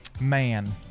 Man